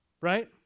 Right